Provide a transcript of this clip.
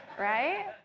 right